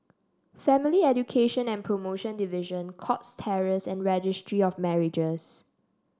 Family Education and Promotion Division Cox Terrace and Registry of Marriages